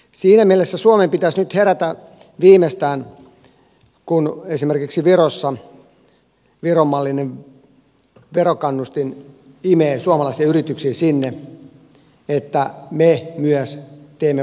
siinä mielessä suomen pitäisi herätä viimeistään nyt kun esimerkiksi virossa viron mallinen verokannustin imee suomalaisia yrityksiä sinne että myös me teemme vastaavanlaisia uusia veropäätöksiä